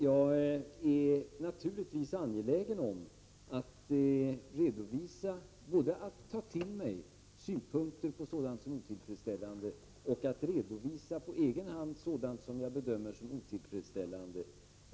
Jag är naturligtvis angelägen både att ta till mig synpunkter på sådant som är otillfredsställande och att på egen hand redovisa sådant som jag finner otillfredsställande.